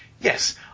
Yes